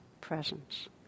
presence